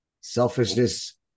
selfishness